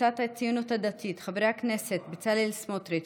קבוצת סיעת הציונות הדתית: חברי הכנסת בצלאל סמוטריץ',